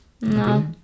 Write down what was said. No